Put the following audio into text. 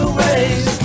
ways